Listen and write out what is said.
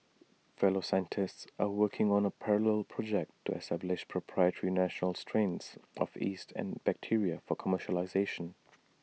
fellow scientists are working on A parallel project to establish proprietary national strains of yeast and bacteria for commercialisation